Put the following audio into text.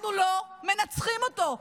אנחנו לא מנצחים אותו.